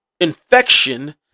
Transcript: infection